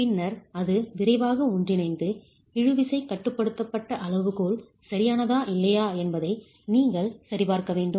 பின்னர் அது விரைவாக ஒன்றிணைந்து இழு விசைகட்டுப்படுத்தப்பட்ட அளவுகோல் சரியானதா இல்லையா என்பதை நீங்கள் சரிபார்க்க வேண்டும்